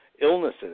illnesses